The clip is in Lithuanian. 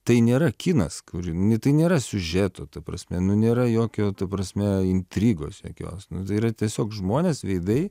tai nėra kinas kur tai nėra siužeto ta prasme nu nėra jokio ta prasme intrigos jokios tai yra tiesiog žmonės veidai